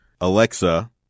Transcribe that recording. Alexa